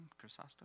Chrysostom